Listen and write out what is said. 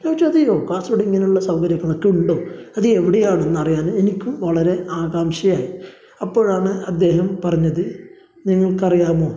ഞാൻ ചോദിച്ചു അതെയോ കാസർകോഡ് ഇങ്ങനെയുള്ള സൗകര്യങ്ങളൊക്കെ ഉണ്ടോ അത് എവിടെയാണ് ഒന്ന് അറിയാൻ എനിക്കും വളരെ ആകാംക്ഷയായി അപ്പോഴാണ് അദ്ദേഹം പറഞ്ഞത് നിങ്ങൾക്കറിയാമോ